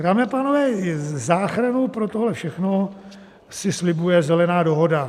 Dámy a pánové, záchranu pro tohle všechno si slibuje Zelená dohoda.